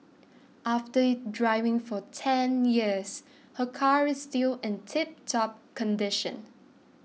after driving for ten years her car is still in tiptop condition